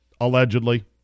Allegedly